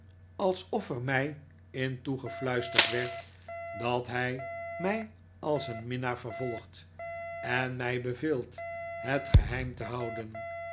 alsof er mij inloegefiuisterd werd dat hij mij als een minnaar vervolgt en mij beveelt het geheim te houden